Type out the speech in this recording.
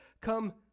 Come